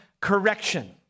correction